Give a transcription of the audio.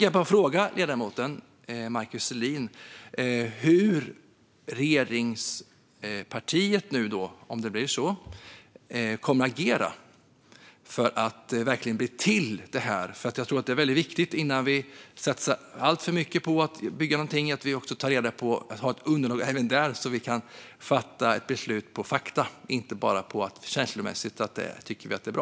Jag vill fråga ledamoten Markus Selin hur regeringspartiet, om det blir så, kommer att agera för att detta verkligen ska bli till. Jag tror att det är väldigt viktigt, innan vi satsar alltför mycket på att bygga någonting, att vi har ett underlag så att vi kan fatta ett beslut grundat på fakta och inte bara på att vi känslomässigt tycker att något är bra.